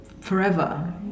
forever